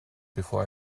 before